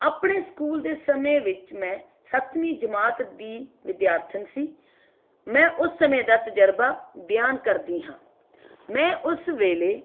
ਅਪਣੇ ਸਕੂਲ ਦੇ ਸਮੇਂ ਵਿੱਚ ਮੈਂ ਸੱਤਵੀਂ ਜਮਾਤ ਦੀ ਵਿਦਿਆਰਥਣ ਸੀ ਮੈਂ ਉਸ ਸਮੇਂ ਦਾ ਤਜ਼ਰਬਾ ਬਿਆਨ ਕਰਦੀ ਹਾਂ ਮੈਂ ਉਸ ਵੇਲੇ